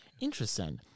Interesting